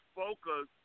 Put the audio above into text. focus